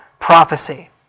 prophecy